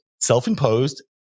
self-imposed